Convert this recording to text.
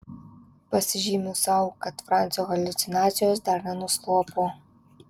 pasižymiu sau kad francio haliucinacijos dar nenuslopo